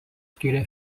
skyrė